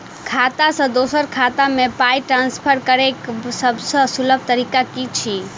खाता सँ दोसर खाता मे पाई ट्रान्सफर करैक सभसँ सुलभ तरीका की छी?